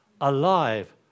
alive